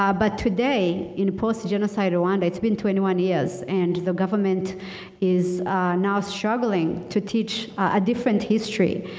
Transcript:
um but today in post-genocide rowanda, it's been twenty one years. and the government is now struggling to teach a different history,